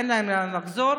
אין להם לאן לחזור.